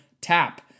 tap